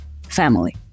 family